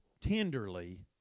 tenderly